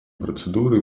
процедуры